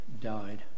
died